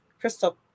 crystal